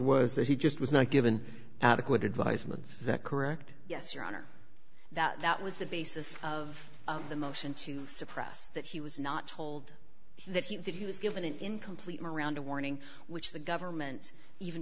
was that he just was not given adequate advisement that correct yes your honor that was the basis of the motion to suppress that he was not told that he was given an incomplete miranda warning which the government even